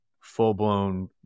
full-blown